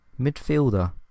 Midfielder